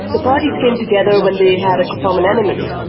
the parties came together when they had a common enemy,